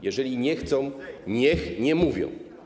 Jeżeli nie chcą, niech nie mówią.